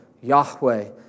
Yahweh